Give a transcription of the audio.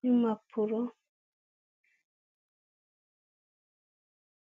n'impapuro.